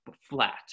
flat